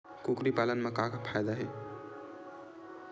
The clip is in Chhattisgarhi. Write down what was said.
कुकरी पालन म का फ़ायदा हे?